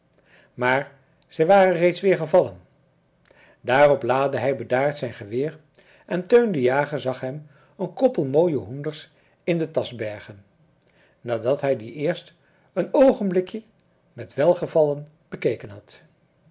maar zij waren reeds weer gevallen daarop laadde hij bedaard zijn geweer en teun de jager zag hem een koppel mooie hoenders in de tasch bergen nadat hij die eerst een oogenblikje met welgevallen bekeken had